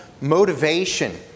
motivation